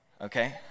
okay